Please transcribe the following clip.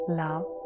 love